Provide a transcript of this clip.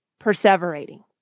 perseverating